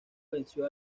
venció